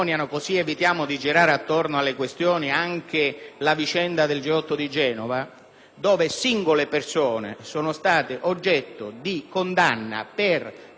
cui singole persone sono state oggetto di condanna per delitti che hanno commesso abusando della loro funzione di pubblico ufficiale.